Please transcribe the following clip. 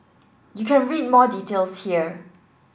you can read more details here